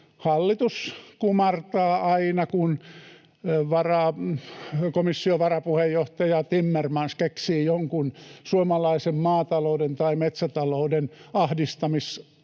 hallitus kumartaa aina, kun komission varapuheenjohtaja Timmermans keksii jonkun suomalaisen maatalouden tai metsätalouden ahdistamishankkeen